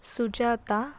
Sujata